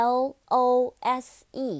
l-o-s-e